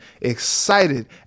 excited